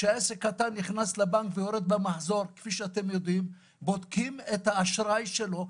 כשעסק קטן נכנס לבנק ויורד במחזור בודקים את האשראי שלו.